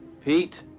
pete,